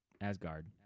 Asgard